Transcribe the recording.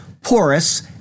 porous